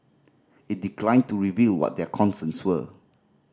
it declined to reveal what their concerns were